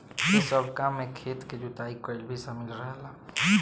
एह सब काम में खेत के जुताई कईल भी शामिल रहेला